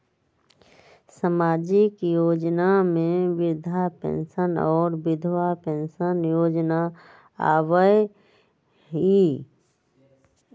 सामाजिक योजना में वृद्धा पेंसन और विधवा पेंसन योजना आबह ई?